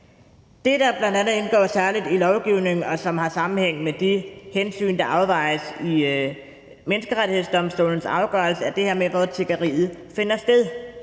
Det, der bl.a. indgår særligt i lovgivningen, og som har sammenhæng med de hensyn, der afvejes i Menneskerettighedsdomstolens afgørelse, er det her med, hvor tiggeriet finder sted.